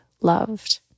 loved